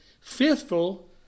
Faithful